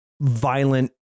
violent